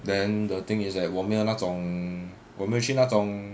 then the thing is like 我没有那种我没有去那种